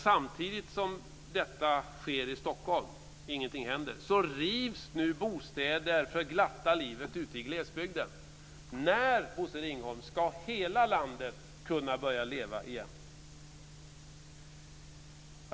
Samtidigt som detta sker i Stockholm rivs nu bostäder för glatta livet ute i glesbygden. När, Bosse Ringholm, ska hela landet kunna börja leva igen?